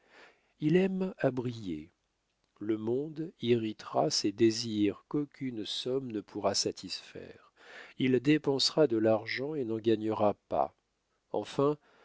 il aime à briller le monde irritera ses désirs qu'aucune somme ne pourra satisfaire il dépensera de l'argent et n'en gagnera pas enfin